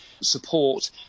support